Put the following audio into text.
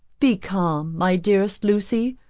be calm, my dearest lucy,